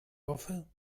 hoffe